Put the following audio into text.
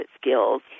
skills